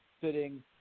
sitting